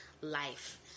life